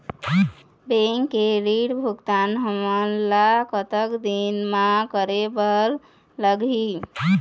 Bank के ऋण भुगतान हमन ला कतक दिन म करे बर लगही?